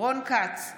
רון כץ,